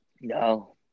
No